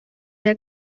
der